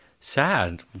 Sad